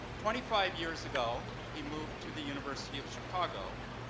twenty five years ago, he moved to the university of chicago,